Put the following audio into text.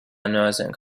nursing